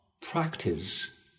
practice